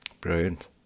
brilliant